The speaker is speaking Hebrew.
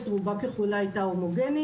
כמובן לא בכל הנקודות.